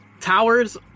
towers